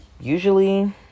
usually